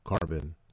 carbon